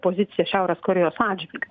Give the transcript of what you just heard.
poziciją šiaurės korėjos atžvilgiu